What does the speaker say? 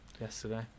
yesterday